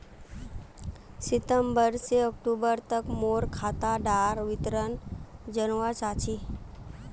सितंबर से अक्टूबर तक मोर खाता डार विवरण जानवा चाहची?